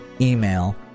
email